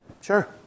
sure